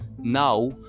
Now